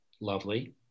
lovely